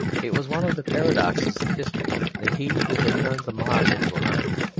it was one of the paradoxes of history that he who had turned the mob into an army,